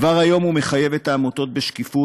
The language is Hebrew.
כבר היום הוא מחייב את העמותות בשקיפות,